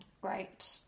great